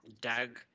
Doug